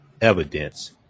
evidence